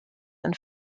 and